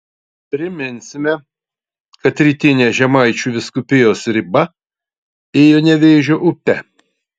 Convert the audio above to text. priminsime kad rytinė žemaičių vyskupijos riba ėjo nevėžio upe